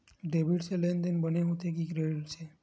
Debit से लेनदेन बने होथे कि क्रेडिट से?